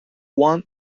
one